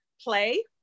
play